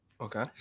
Okay